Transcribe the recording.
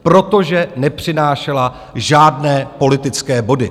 Protože nepřinášela žádné politické body.